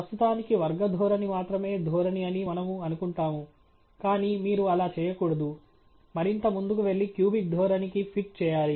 ప్రస్తుతానికి వర్గ ధోరణి మాత్రమే ధోరణి అని మనము అనుకుంటాము కానీ మీరు అలా చేయకూడదు మరింత ముందుకు వెళ్లి క్యూబిక్ ధోరణికి ఫిట్ చేయాలి